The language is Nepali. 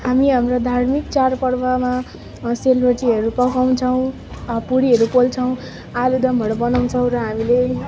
हामी हाम्रो धार्मिक चाँड पर्वमा सेलरोटीहरू पकाउँछौँ पुरीहरू पोल्छौँ आलुदमहरू बनाउँछौँ र हामीले